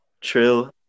Trill